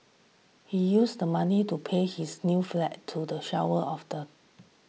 he used the money to pay his new flat to the shower of the